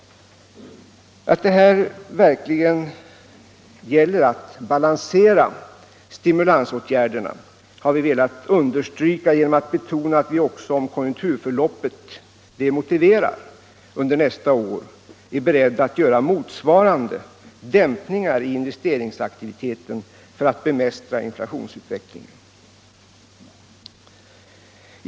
Att det här verkligen gäller att balansera stimulansåtgärderna har vi velat understryka genom att betona att vi, om konjunkturförloppet det motiverar under nästa år, också är beredda att göra motsvarande dämpningar i investeringsaktiviteten för att bemästra inflationsutvecklingen.